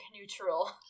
neutral